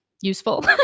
useful